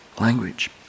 language